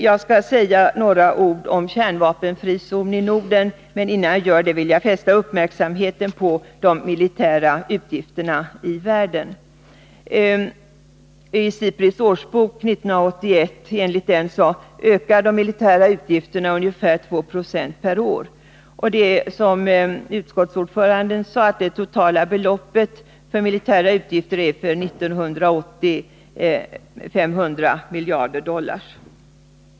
Jag skall säga några ord om en kärnvapenfri zon i Norden, men innan jag gör det vill jag fästa uppmärksamheten på de militära utgifterna i världen. Enligt SIPRI:s årsbok 1981 ökar de militära utgifterna med ca 2 6 per år. Som utskottets ordförande sade är det totala beloppet beträffande militära utgifter för 1980 uppe i 500 miljarder dollar.